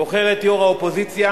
בוחרת יו"ר האופוזיציה